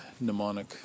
mnemonic